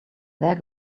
there